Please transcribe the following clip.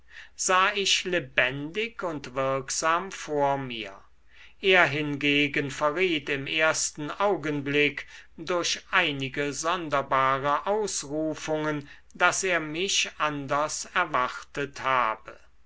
sah ich lebendig und wirksam vor mir er hingegen verriet im ersten augenblick durch einige sonderbare ausrufungen daß er mich anders erwartet habe